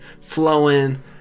flowing